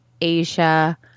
Asia